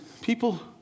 people